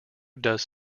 does